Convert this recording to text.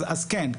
כן,